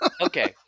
Okay